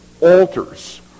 altars